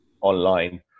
online